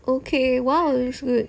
okay !wow! you should